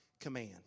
command